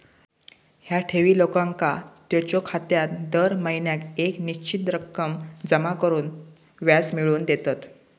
ह्या ठेवी लोकांका त्यांच्यो खात्यात दर महिन्याक येक निश्चित रक्कम जमा करून व्याज मिळवून देतत